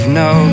no